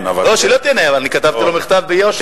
שלא תהיינה אי-הבנות, אני כתבתי לו מכתב ביושר.